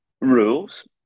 rules